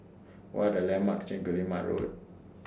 What Are The landmarks near Guillemard Road